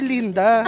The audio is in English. Linda